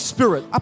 Spirit